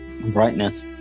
brightness